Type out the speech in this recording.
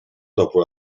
dopo